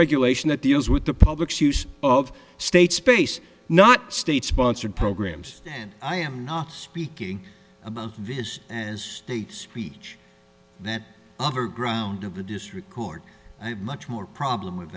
gulation that deals with the public's use of state space not state sponsored programs and i am not speaking about this as states reach that other ground of the district court much more problem with